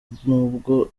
nubwo